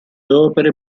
opere